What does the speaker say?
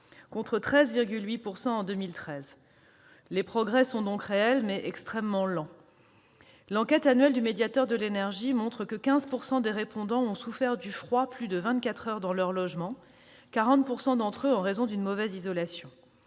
contre 13,8 % en 2013. Les progrès sont donc réels, mais extrêmement lents. L'enquête annuelle du médiateur de l'énergie montre que 15 % des répondants ont souffert du froid plus de vingt-quatre heures dans leur logement, 40 % d'entre eux en raison d'une mauvaise isolation.